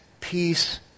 peace